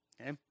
Okay